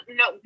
no